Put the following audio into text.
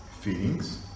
feelings